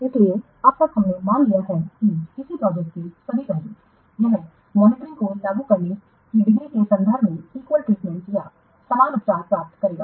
इसलिए अब तक हमने मान लिया है कि किसी प्रोजेक्ट के सभी पहलू यह मॉनिटरिंग को लागू करने की डिग्री के संदर्भ में इक्वल ट्रीटमेंट या समान उपचार प्राप्त करेगा